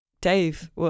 Dave